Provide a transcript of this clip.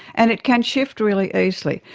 and it can shift really easily.